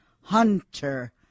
Hunter